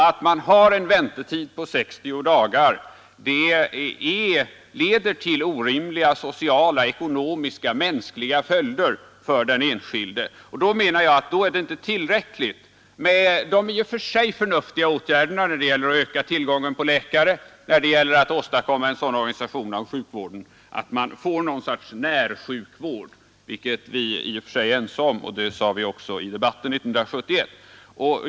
Att man har en väntetid på 60 dagar leder till orimliga sociala, ekonomiska och mänskliga följder för den enskilde. Då menar jag att det inte är tillräckligt med de i och för sig förnuftiga åtgärderna — att öka tillgången på läkare och att åstadkomma en sådan organisation av sjukvården att man får något slags närsjukvård, vilket vi är ense om — det sade vi också i debatten 1971.